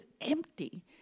empty